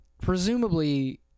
Presumably